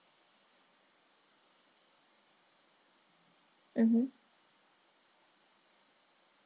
mmhmm